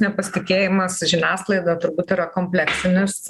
nepasitikėjimas žiniasklaida turbūt yra kompleksinis